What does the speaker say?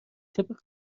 طبق